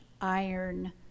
iron